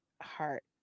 heart